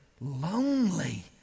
lonely